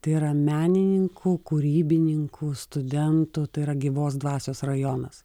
tai yra menininkų kūrybininkų studentų tai yra gyvos dvasios rajonas